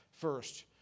First